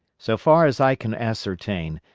so far as i can ascertain,